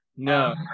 No